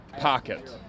pocket